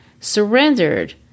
surrendered